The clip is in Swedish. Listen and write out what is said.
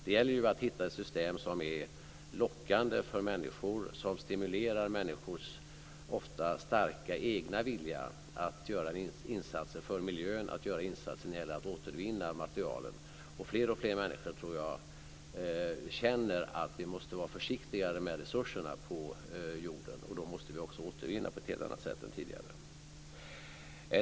Det gäller att hitta system som är lockande för människor, som stimulerar människors ofta starka egna vilja att göra insatser för miljön och när det gäller att återvinna materialen. Jag tror att fler och fler människor känner att vi måste vara försiktigare med resurserna på jorden. Vi måste då också återvinna på ett helt annat sätt än tidigare.